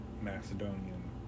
Macedonian